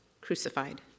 crucified